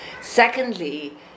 Secondly